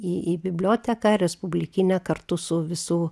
į į biblioteką respublikinę kartu su visu